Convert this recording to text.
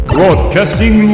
Broadcasting